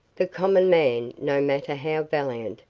the common man, no matter how valiant,